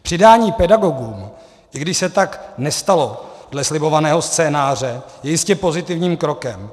Přidání pedagogům, i když se tak nestalo dle slibovaného scénáře, je jistě pozitivním krokem.